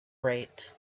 rate